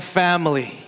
family